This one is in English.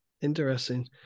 Interesting